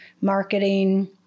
marketing